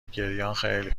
گریانخیلی